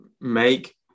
make